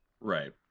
right